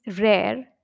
rare